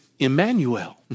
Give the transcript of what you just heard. Emmanuel